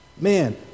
Man